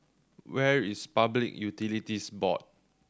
where is Public Utilities Board